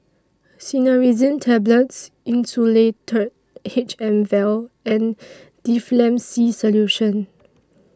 Cinnarizine Tablets Insulatard H M Vial and Difflam C Solution